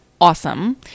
awesome